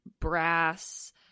brass